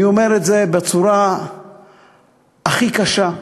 אני אומר את זה בצורה הכי קשה,